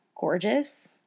gorgeous